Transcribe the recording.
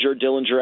Dillinger